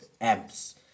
amps